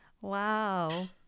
Wow